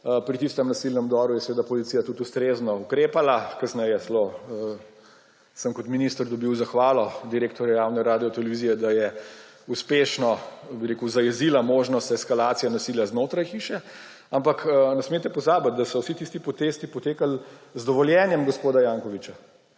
pri tistem nasilnem vdoru je seveda policija tudi ustrezno ukrepala, kasneje sem celo kot minister dobil zahvalo direktorja javne Radiotelevizije, da je uspešno zajezila možnost eskalacije nasilja znotraj hiše. Ampak ne smete pozabiti, da so vsi tisti protesti potekali z dovoljenjem gospoda Jankovića.